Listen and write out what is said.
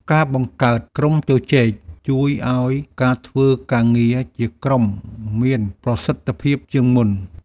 ការបង្កើតក្រុមជជែក ជួយឱ្យការធ្វើការងារជាក្រុមមានប្រសិទ្ធភាពជាងមុន។